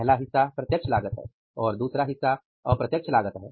पहला हिस्सा प्रत्यक्ष लागत है और दूसरा हिस्सा अप्रत्यक्ष लागत है